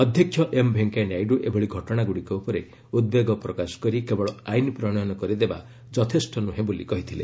ଅଧ୍ୟକ୍ଷ ଏମ୍ ଭେଙ୍କୟା ନାଇଡ଼ ଏଭଳି ଘଟଣାଗ୍ରଡ଼ିକ ଉପରେ ଉଦ୍ବେଗ ପ୍ରକାଶ କରି କେବଳ ଆଇନ୍ ପ୍ରଣୟନ କରିଦେବା ଯଥେଷ୍ଟ ନୁହେଁ ବୋଲି କହିଥିଲେ